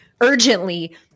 Urgently